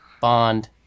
Bond